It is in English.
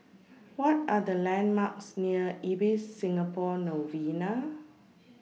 What Are The landmarks near Ibis Singapore Novena